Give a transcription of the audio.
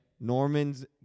Norman's